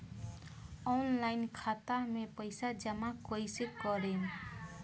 Online खाता मे पईसा जमा कइसे करेम?